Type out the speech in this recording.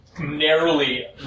narrowly